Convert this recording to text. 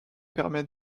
permet